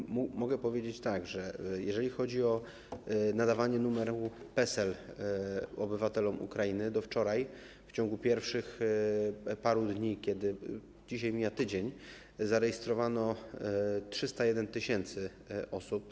I mogę powiedzieć, że jeżeli chodzi o nadawanie numeru PESEL obywatelom Ukrainy, to do wczoraj, w ciągu pierwszych paru dni - dzisiaj mija tydzień - zarejestrowano 301 tys. osób.